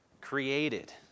Created